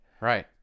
Right